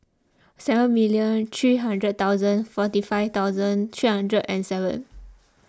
seven million three hundred thousand forty five thousand three hundred and seven